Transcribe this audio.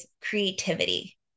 creativity